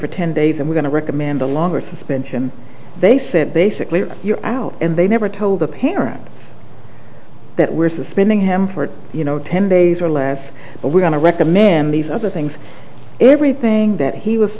for ten days i'm going to recommend a longer suspension they said basically if you're out and they never tell the parents that we're suspending him for you know ten days or less but we're going to recommend these other things everything that he was